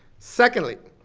secondly,